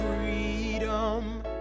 freedom